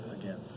again